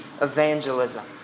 evangelism